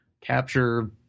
capture